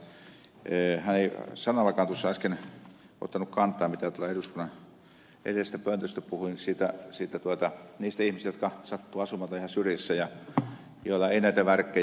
hän ei sanallakaan tuossa äsken ottanut kantaa siihen mitä tuolla eduskunnan edestä pöntöstä puhuin niistä ihmisistä jotka sattuvat asumaan vähän syrjässä ja joilla ei näitä värkkejä ole